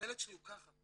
והילד שלי הוא ככה,